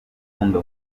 nkunda